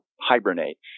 hibernate